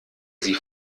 sie